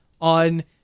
on